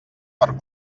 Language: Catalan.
per